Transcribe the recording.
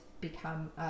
become